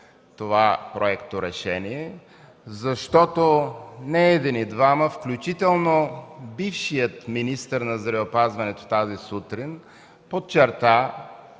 това проекторешение, защото не един и двама, включително бившият министър на здравеопазването тази сутрин подчерта,